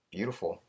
Beautiful